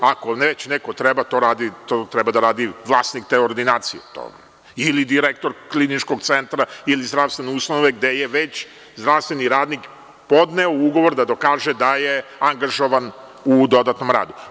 Ako već neko treba, to treba da radi vlasnik te ordinacije ili direktor kliničkog centra ili zdravstvene ustanove gde je već zdravstveni radnik podneo ugovor da dokaže da je angažovan u dodatnom radu.